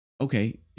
okay